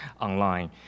online